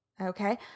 Okay